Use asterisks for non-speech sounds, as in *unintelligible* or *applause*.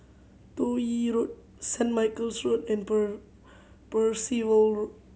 Toh Yi Road Saint Michael's Road and *unintelligible* Percival Road